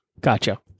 Gotcha